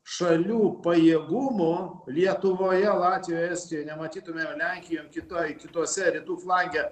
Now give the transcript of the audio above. šalių pajėgumų lietuvoje latvijoje estijoj nematytumėm lenkijoj kitoj kituose rytų flange